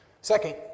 Second